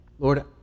Lord